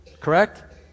correct